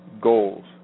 goals